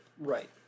Right